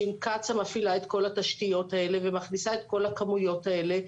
שאם קצא"א תפעיל את כל התשתיות האלה ותכניס את כל הכמויות האלה,